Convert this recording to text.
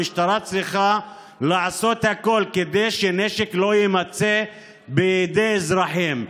המשטרה צריכה לעשות הכול כדי שנשק לא יימצא בידי אזרחים.